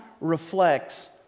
reflects